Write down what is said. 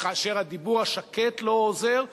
וכאשר הדיבור השקט לא עוזר,